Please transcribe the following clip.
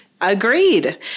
Agreed